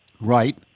right